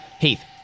Heath